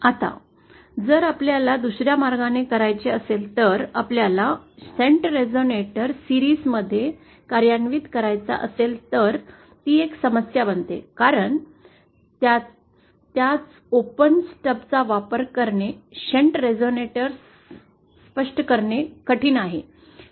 आता जर आपल्याला दुसर्या मार्गाने करायचे असेल तर आपल्याला शंट रेझोनेटर मालिके मध्ये कार्यान्वित करायचा असेल तर ती एक समस्या बनते कारण त्याच ओपन स्टबचा वापर करणारे शंट रेझोनिएटर्स स्पष्ट करणे कठीण आहे